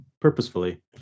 purposefully